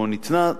או ניתנה,